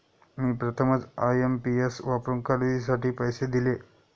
मी प्रथमच आय.एम.पी.एस वापरून खरेदीसाठी पैसे दिले